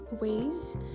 ways